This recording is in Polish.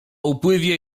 upływie